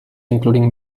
including